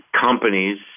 companies